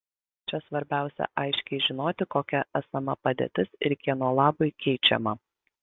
čia svarbiausia aiškiai žinoti kokia esama padėtis ir kieno labui keičiama